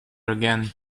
again